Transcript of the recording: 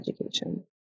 education